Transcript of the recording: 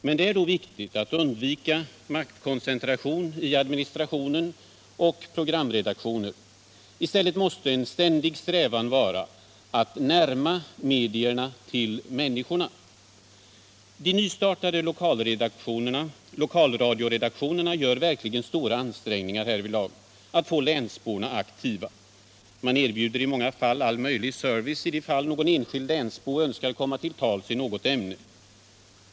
Men det är då viktigt att undvika maktkoncentration i administration och på programredaktioner. I stället måste en ständig strävan vara att närma medierna till människorna. De nystartade lokalradioredaktionerna gör verkligen stora ansträngningar för att få länsborna aktiva. Man erbjuder i många fall all möjlig service om någon enskild länsbo önskar komma till tals i något ämne.